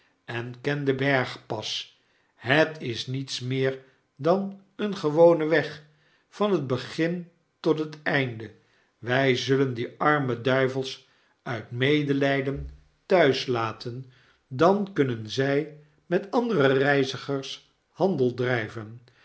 en ken den bergpas bergpas het is niets meer dan een gewone weg van het begin tot het einde wij zullen die arme duivelsuit medelgden thuis laten dan kunnen zg met andere reizigers handel drijven